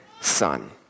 son